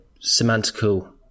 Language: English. semantical